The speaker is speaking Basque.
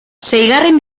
seigarren